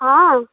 हँ